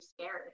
scared